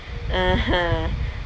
(uh huh)